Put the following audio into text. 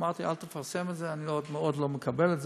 אמרתי: אל תפרסם את זה, אני מאוד לא מקבל את זה.